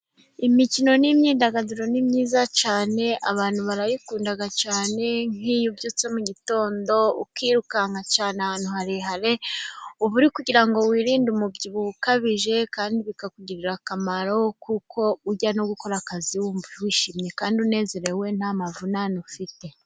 Imikino n’imyidagaduro ni byiza cyane. Abantu barayikunda cyane, nk’iyo ubyutse mu gitondo ukirukanka cyane ahantu harehare. Uba uri kugira ngo wirinde umubyibuho ukabije, kandi bikakugirira akamaro kuko ujya no gukora akazi wumva wishimye kandi unezerewe, nta mavunane ufite.